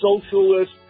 socialist